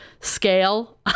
Scale